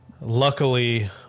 Luckily